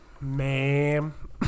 ma'am